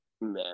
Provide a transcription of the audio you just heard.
Man